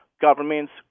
governments